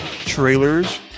trailers